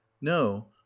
no